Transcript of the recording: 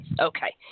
Okay